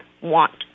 want